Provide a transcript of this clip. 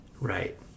Right